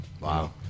Wow